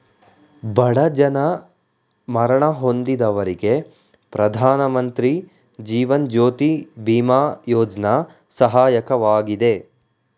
ಬಡ ಜನ ಮರಣ ಹೊಂದಿದವರಿಗೆ ಪ್ರಧಾನಮಂತ್ರಿ ಜೀವನ್ ಜ್ಯೋತಿ ಬಿಮಾ ಯೋಜ್ನ ಸಹಾಯಕವಾಗಿದೆ